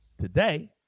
today